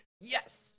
Yes